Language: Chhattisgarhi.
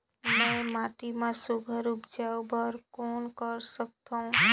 मैं माटी मा सुघ्घर उपजाऊ बर कौन कर सकत हवो?